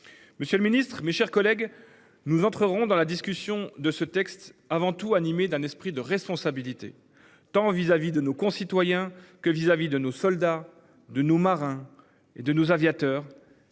Monsieur le Ministre, mes chers collègues, nous entrerons dans la discussion de ce texte avant tout animé d'un esprit de responsabilité. Tant vis-à-vis de nos concitoyens que vis-à-vis de nos soldats de nos marins et de nos aviateurs.